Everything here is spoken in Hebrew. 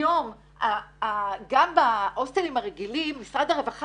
היום גם בהוסטלים הרגילים משרד הרווחה